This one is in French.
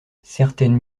certaines